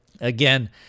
Again